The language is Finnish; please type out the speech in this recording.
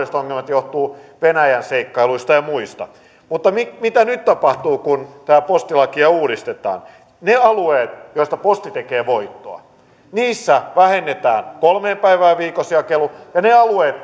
johtuvat venäjän seikkailuista ja muista mutta mitä nyt tapahtuu kun tätä postilakia uudistetaan niillä alueilla joilla posti tekee voittoa jakelu vähennetään kolmeen päivään viikossa ja niillä alueilla